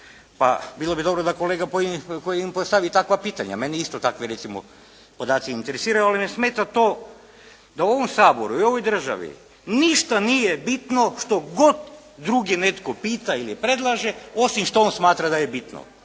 pa bilo bi dobro da i kolega koji im postavi takva pitanja, mene isto takvi recimo podaci interesiraju, ali me smeta to da u ovom Saboru i u ovoj Državi ništa nije bitno što god netko drugi netko pita li predlaže osim što on smatra da je bitno.